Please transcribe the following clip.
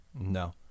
No